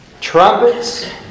Trumpets